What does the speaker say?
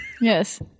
Yes